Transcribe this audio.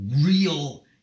real